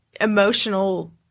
emotional